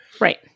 Right